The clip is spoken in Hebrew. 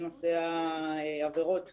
עבירות מין,